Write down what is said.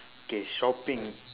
okay shopping